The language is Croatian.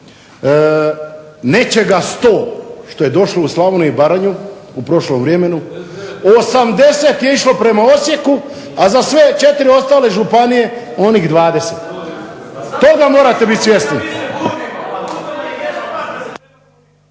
Nečega 100 što je došlo u Slavoniju i Baranju u prošlom vremenu 80 je išlo prema Osijeku, a za sve 4 ostale županije onih 20. toga morate biti svjesni.